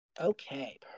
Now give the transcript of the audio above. Okay